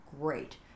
great